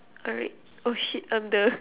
alright oh shit I'm the